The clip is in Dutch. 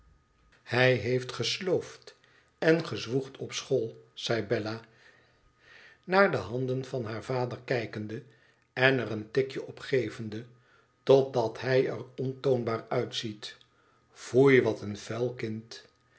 hij heeft gesloofd en gezwoegd op school zei bella naar de handen van haar vader kijkende en er een tikje op gevende i totdat hij er ontoonbaar uitziet foei wat een vuil kind